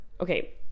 okay